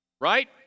Right